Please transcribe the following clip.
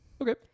okay